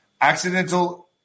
accidental